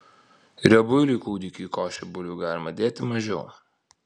riebuiliui kūdikiui į košę bulvių galima dėti mažiau